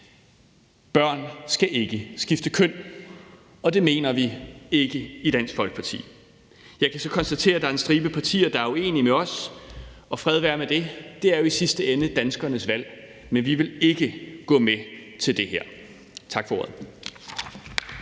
Børn skal ikke skifte køn. Det mener vi i Dansk Folkeparti ikke de skal. Jeg kan så konstatere, at der er en stribe partier, der er uenige med os, og fred være med det. Det er jo i sidste ende danskernes valg, men vi vil ikke gå med til det her. Tak for ordet.